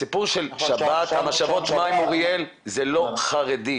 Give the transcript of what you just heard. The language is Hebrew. הסיפור של שבת, משאבות המים אוריאל, זה לא חרדי.